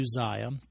Uzziah